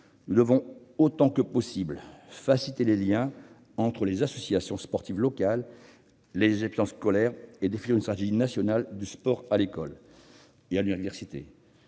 Nous devons, autant que possible, faciliter les liens entre les associations sportives locales et les établissements scolaires, et définir une stratégie nationale du sport à l'école et à l'université.